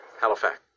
Halifax